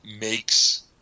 makes